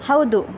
ಹೌದು